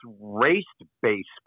race-based